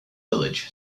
village